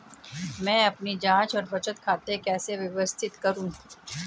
मैं अपनी जांच और बचत खाते कैसे व्यवस्थित करूँ?